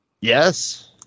Yes